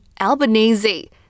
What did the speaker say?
Albanese